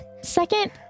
second